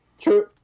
True